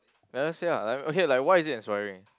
like just say ah like okay like why is it inspiring